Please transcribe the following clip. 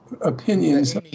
opinions